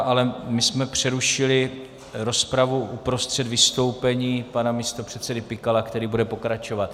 Ale my jsme přerušili rozpravu uprostřed vystoupení místopředsedy Pikala, který bude pokračovat.